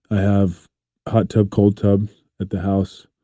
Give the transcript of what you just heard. have hot tub, cold tub at the house.